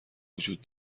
وجود